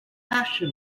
fashion